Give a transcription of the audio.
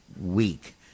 week